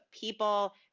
people